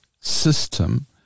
system